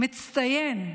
מצטיין,